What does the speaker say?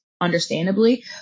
understandably